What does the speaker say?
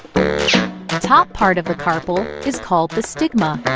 top part of the carpel is called the stigma.